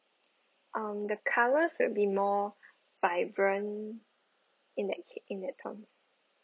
um the colors will be more vibrant in the in the tone